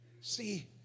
See